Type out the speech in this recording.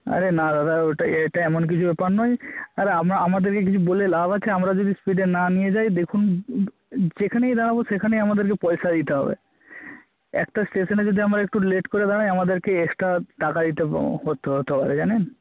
আরে না দাদা ওটা এটা এমন কিছু বেপার নয় আর আমা আমাদেরকে কিছু বলে লাভ আছে আমরা যদি স্পিডে না নিয়ে যাই দেখুন যেখানেই দাঁড়াবো সেখানেই আমাদেরকে পয়সা দিতে হবে একটা স্টেশনে যদি আমরা একটু লেট করে দাঁড়াই আমাদেরকে এক্সট্রা টাকা দিতে করতে হতে হবে জানেন